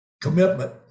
Commitment